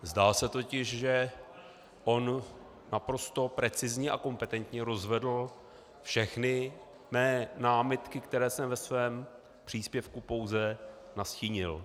Zdá se totiž, že on naprosto precizně a kompetentně rozvedl všechny mé námitky, které jsem ve svém příspěvku pouze nastínil.